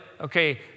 okay